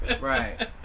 Right